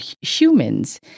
humans